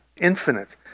infinite